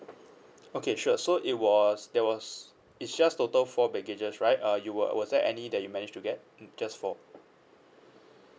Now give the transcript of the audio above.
okay sure so it was there was it's just total four baggages right uh you were was there any that you managed to get mm just four